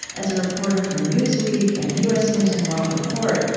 as a reporter for newsweekand u s. news and world report,